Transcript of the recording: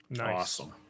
awesome